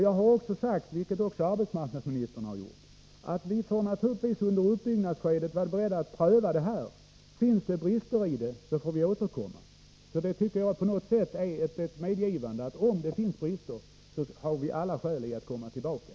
Jag har också sagt, liksom arbetsmarknadsministern, att vi naturligtvis under uppbyggnadsskedet får vara beredda att göra omprövningar. Finns det brister får vi återkomma. Jag tycker att detta är ett slags medgivande; om det finns brister har vi alla skäl att återkomma till frågan.